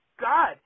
God –